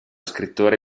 scrittore